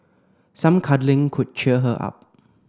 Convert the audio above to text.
some cuddling could cheer her up